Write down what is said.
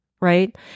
right